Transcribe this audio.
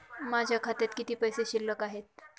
माझ्या खात्यात किती पैसे शिल्लक आहेत?